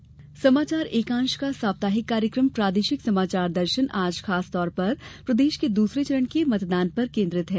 प्रादेशिक समाचार दर्शन समाचार एकांश का साप्ताहिक कार्यक्रम प्रादेशिक समाचार दर्शन आज खास तौर पर प्रदेश के दूसरे चरण के मतदान पर केन्द्रित है